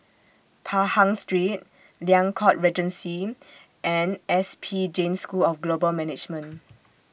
Pahang Street Liang Court Regency and S P Jain School of Global Management